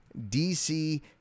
DC